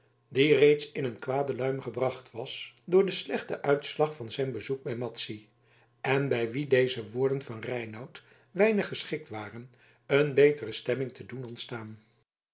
die reeds in een kwade luim gebracht was door den slechten uitslag van zijn bezoek bij madzy en bij wien deze woorden van reinout weinig geschikt waren een betere stemming te doen ontstaan